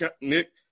Nick